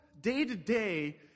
day-to-day